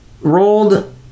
Rolled